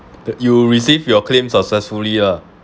that you receive your claims successfully lah